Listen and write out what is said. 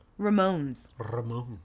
Ramones